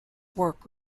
work